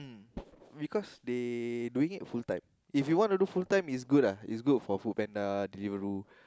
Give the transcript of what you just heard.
mm because they doing it full time if you want to do full time it's good lah it's for Food Panda deliver road